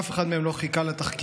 אף אחד מהם לא חיכה לתחקירים,